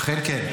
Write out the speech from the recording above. אכן כן.